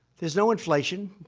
there's no inflation.